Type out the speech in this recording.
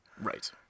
Right